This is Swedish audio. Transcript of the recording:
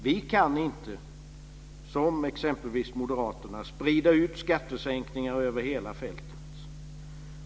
Vi kan inte, som exempelvis Moderaterna, sprida ut skattesänkningar över hela fältet.